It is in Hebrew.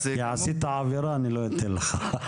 עשית עבירה, אני לא אתן לך.